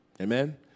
Amen